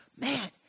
man